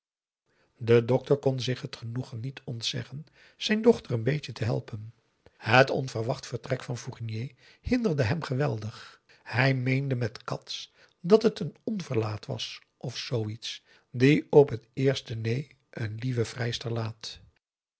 de dokter kon zich het genoegen niet ontzeggen zijn dochter een beetje te helpen het onverwacht vertrek van fournier hinderde hem geweldig hij meende met cats dat het een onverlaat was of zoo iets die op het eerste neen een lieve vrijster laat